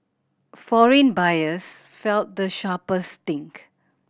foreign buyers felt the sharpest sting